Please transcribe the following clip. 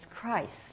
Christ